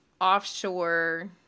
offshore